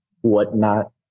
whatnot